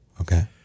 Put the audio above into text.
Okay